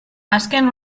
azken